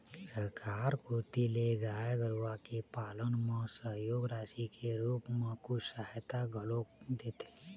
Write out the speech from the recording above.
सरकार कोती ले गाय गरुवा के पालन म सहयोग राशि के रुप म कुछ सहायता घलोक देथे